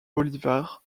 bolívar